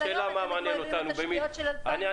היום אז איך הם יתמודדו עם התשתיות של 2022?